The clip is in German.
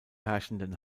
herrschenden